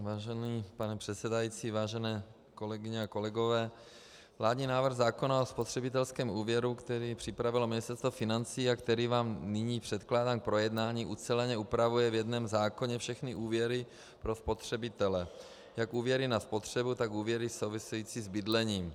Vážený pane předsedající, vážené kolegyně a kolegové, vládní návrh zákona o spotřebitelském úvěru, který připravilo Ministerstvo financí a který vám nyní předkládám k projednání, uceleně upravuje v jednom zákoně všechny úvěry pro spotřebitele, jak úvěry na spotřebu, tak úvěry související s bydlením.